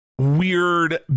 weird